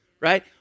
Right